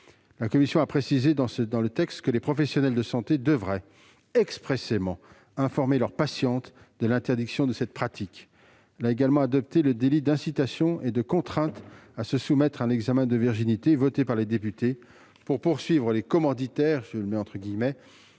La commission a précisé dans le texte que les professionnels de santé devraient expressément informer leurs patientes de l'interdiction de cette pratique. Elle a également adopté l'article 16 relatif au délit d'incitation et de contrainte à se soumettre à un examen de virginité, voté par les députés, pour poursuivre les « commanditaires »